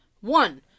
One